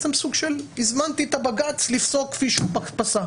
סוג של הזמנתי את הבג"ץ לפסוק כפי שהוא פסק,